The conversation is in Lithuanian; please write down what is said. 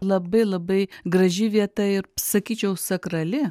labai labai graži vieta ir sakyčiau sakrali